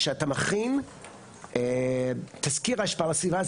כשאתה מכין תזכיר השפעה על הסביבה,